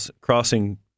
crossing